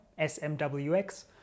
SMWX